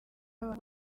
abantu